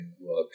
work